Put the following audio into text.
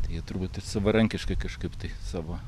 tai turbūt savarankiškai kažkaip tai savo